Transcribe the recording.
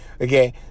Okay